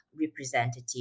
representative